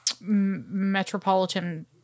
Metropolitan